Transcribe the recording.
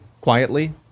quietly